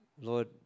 Lord